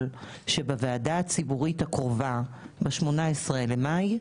שבוועדה הציבורית הקרובה ב-18 במאי,